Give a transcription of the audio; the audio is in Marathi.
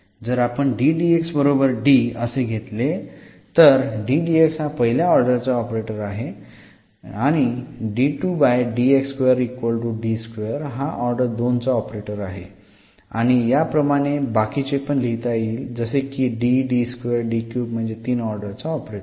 जर आपण असे घेतले तर हा पहिल्या ऑर्डरचा ऑपरेटर आहे हा ऑर्डर दोन चा ऑपरेटर आहे आणि याप्रमाणे बाकीचे पण लिहिता येईल जसे की म्हणजे तीन ऑर्डर चा ऑपरेटर